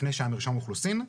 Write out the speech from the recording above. לפני שהיה מרשם אוכלוסין,